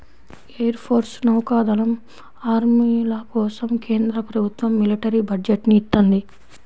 air force, నౌకా దళం, ఆర్మీల కోసం కేంద్ర ప్రభుత్వం మిలిటరీ బడ్జెట్ ని ఇత్తంది